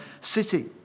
city